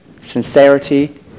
Sincerity